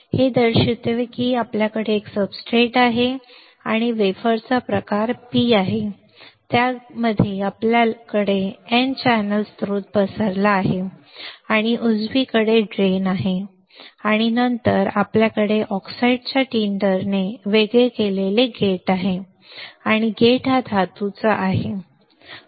हे दर्शविते की आपल्याकडे एक सब्सट्रेट आहे आणि वेफरचा प्रकार P प्रकार आहे त्यामध्ये आपल्याकडे N चॅनेल स्त्रोत पसरला आहे आणि उजवीकडे ड्रेन आहे आणि नंतर आपल्याकडे ऑक्साईडच्या टिंडरने वेगळे केलेले गेट आहे आणि गेट हा धातूचा उजवा आहे